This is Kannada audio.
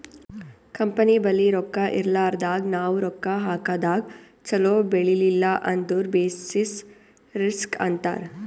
ಕಂಪನಿ ಬಲ್ಲಿ ರೊಕ್ಕಾ ಇರ್ಲಾರ್ದಾಗ್ ನಾವ್ ರೊಕ್ಕಾ ಹಾಕದಾಗ್ ಛಲೋ ಬೆಳಿಲಿಲ್ಲ ಅಂದುರ್ ಬೆಸಿಸ್ ರಿಸ್ಕ್ ಅಂತಾರ್